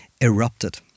erupted